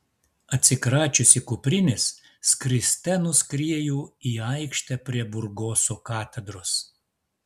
atsikračiusi kuprinės skriste nuskrieju į aikštę prie burgoso katedros